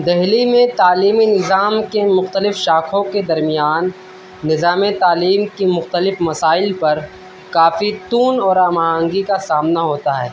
دہلی میں تعلیمی نظام کے مختلف شاخوں کے درمیان نظام تعلیم کی مختلف مسائل پر کافی تون اور ہم آہنگی کا سامنا ہوتا ہے